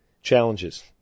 challenges